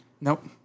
Nope